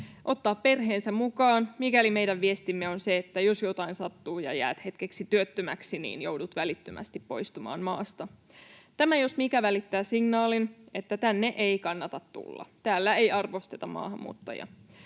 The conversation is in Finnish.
ottaa perheensä mukaan, mikäli meidän viestimme on se, että jos jotain sattuu ja jäät hetkeksi työttömäksi, joudut välittömästi poistumaan maasta. Tämä jos mikä välittää signaalin, että tänne ei kannata tulla, täällä ei arvosteta maahanmuuttajaa.